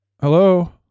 Hello